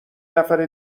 نفر